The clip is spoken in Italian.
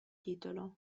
titolo